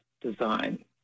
design